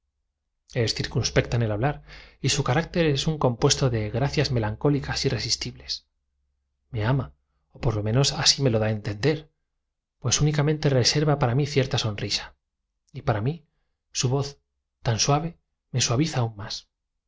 es circunspecta en el hablar y su carácter es un corredor tétanos preguntó el compuesto de gracias melancólicas irresistibles me ama o por lo no lo sécontestó la dama menos así me lo da a entender pues únicamente reserva para mí cierta todo lo que puedo decir es cosa de treinta años que hace que taillefer padece de tal dolencia contraída sonrisa y para mí su voz tan suave se suaviza aún más